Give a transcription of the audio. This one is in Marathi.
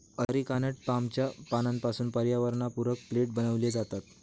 अरिकानट पामच्या पानांपासून पर्यावरणपूरक प्लेट बनविले जातात